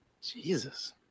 Jesus